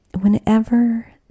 whenever